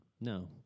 no